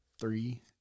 Three